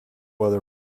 other